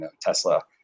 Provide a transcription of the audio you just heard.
Tesla